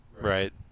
Right